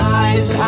eyes